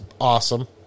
awesome